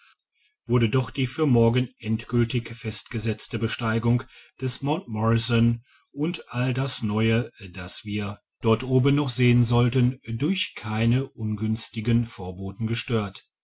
wurde doch die für morgen endgültig festgesetzte besteigung des mt morrison und all das neue das wir digitized by google dort oben noch sehen sollten durch keine ungünstigen vorboten gestört